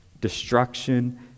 destruction